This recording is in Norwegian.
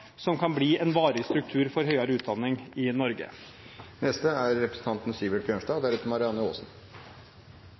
som kan bli en varig struktur for høyere utdanning i Norge.